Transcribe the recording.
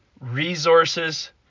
resources